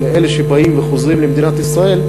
לאלה שבאים וחוזרים למדינת ישראל,